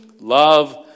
love